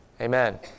Amen